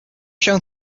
shown